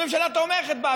הממשלה תומכת בה,